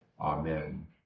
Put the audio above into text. Amen